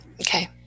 Okay